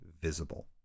visible